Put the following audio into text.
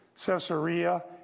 Caesarea